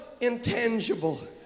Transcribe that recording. intangible